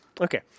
Okay